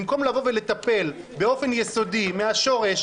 במקום לטפל באופן יסודי מהשורש,